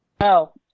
no